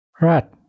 Right